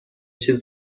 چیز